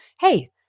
hey